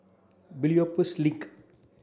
Biopolis Link